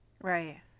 Right